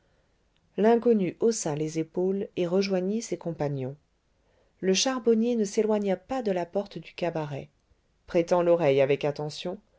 l'inconnu haussa les épaules et rejoignit ses compagnons le charbonnier ne s'éloigna pas de la porte du cabaret prêtant l'oreille avec attention